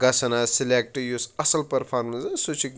گژھان حظ سِلٮ۪کٹ یُس اَصٕل پٔرفارمَینٕس سُہ چھِ